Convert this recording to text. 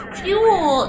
fuel